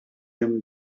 him